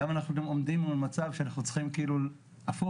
היום אנחנו עומדים מול מצב שאנחנו צריכים כאילו הפוך,